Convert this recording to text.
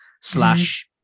slash